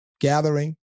gathering